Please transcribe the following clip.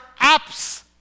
apps